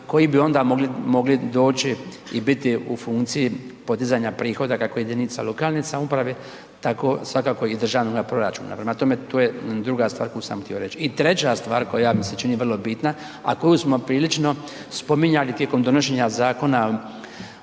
koji bi onda mogli doći i biti u funkciji podizanja prihoda, kako JLS, tako svakako i državnoga proračuna, prema tome, to je druga stvar koju sam htio reći. I treća stvar koja mi se čini vrlo bitna, a koju smo prilično spominjali tijekom donošenja Zakona